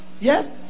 yes